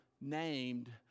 named